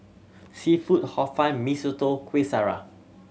seafood Hor Fun Mee Soto Kueh Syara